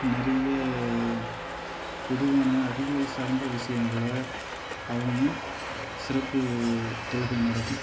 நிறைய பொதுவான அறிவியல் சார்ந்த விஷயங்கள அவங்க சிறப்பு தொழுகை நடக்கும்